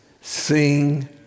sing